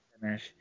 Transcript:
finish